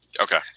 Okay